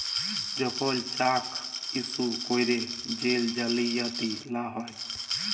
যখল cheque issue ক্যইরে জেল জালিয়াতি লা হ্যয়